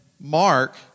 Mark